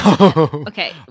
Okay